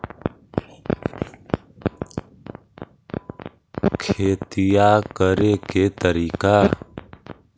खेतिया करेके के तारिका?